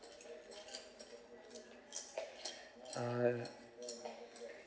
uh